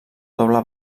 doble